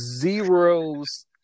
zeros